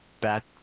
back